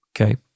okay